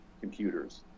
computers